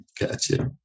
Gotcha